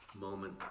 moment